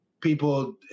people